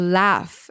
laugh